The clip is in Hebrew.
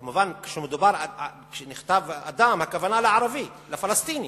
כמובן, כשנכתב "אדם", הכוונה לערבי, לפלסטיני.